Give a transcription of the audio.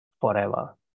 forever